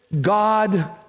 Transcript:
God